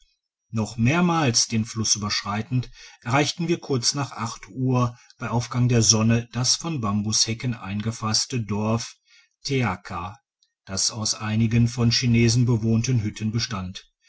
noch mehrmals den fluss überschreitend erreichten wir kurz nach acht uhr bei aufgang der sonne das von bambushecken eingefasste dorf teaka das aus einigen von chinesen bewohnten hütten bestand